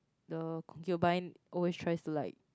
the concubine always tries to like